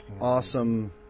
awesome